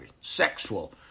sexual